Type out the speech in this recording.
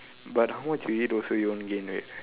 but how much you eat also you won't gain right